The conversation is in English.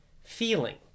feeling